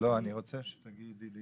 הסתייגות